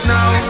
Now